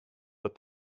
but